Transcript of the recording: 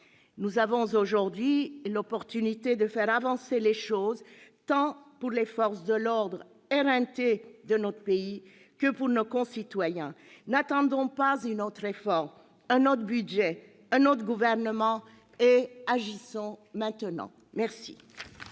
Nous avons aujourd'hui l'occasion de faire avancer les choses, tant pour les forces de l'ordre éreintées de notre pays que pour nos concitoyens. N'attendons pas une autre réforme, un autre budget, un autre gouvernement et agissons maintenant !